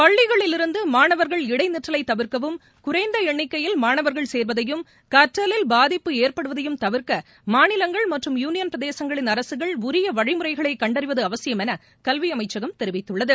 பள்ளிகளிலிருந்து மாணவர்கள் இடைநிற்றலை தவிர்க்கவும் குறைந்த எண்ணிக்கையில் மாணவர்கள் சேள்வதையும் கற்றலில் பாதிப்பு ஏற்படுவதையும் தவிர்க்க மாநிலங்கள் மற்றும் யுளியன் பிரதேசங்களின் அரசுகள் உரிய வழிமுறைகளை கண்டறிவது அவசியம் என கல்வி அமைச்சகம் தெிவித்துள்ளது